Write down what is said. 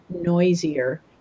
noisier